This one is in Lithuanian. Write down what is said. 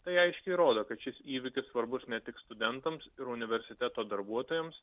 tai aiškiai rodo kad šis įvykis svarbus ne tik studentams ir universiteto darbuotojams